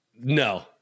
no